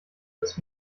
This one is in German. dass